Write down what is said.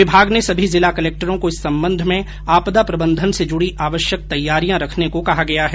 विभाग ने सभी जिला कलेक्टरों को इस संबंध में आपदा प्रबंधन से जुड़ी आवश्यक तैयारियां रखने को कहा है